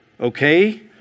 okay